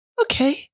Okay